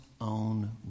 own